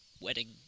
wedding